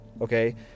Okay